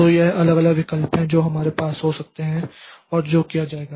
तो ये अलग अलग विकल्प हैं जो हमारे पास हो सकते हैं और जो किया जाएगा